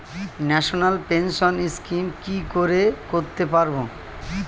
National pension scheme কি করে করতে পারব?